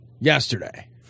yesterday